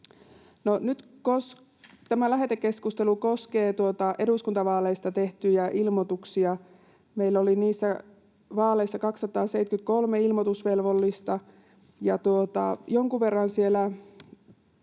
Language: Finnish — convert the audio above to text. tämä lähetekeskustelu koskee eduskuntavaaleista tehtyjä ilmoituksia. Meillä oli niissä vaaleissa 273 ilmoitusvelvollista.